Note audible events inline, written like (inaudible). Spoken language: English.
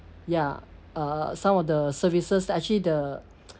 ya uh some of the services actually the (noise)